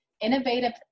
innovative